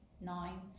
nine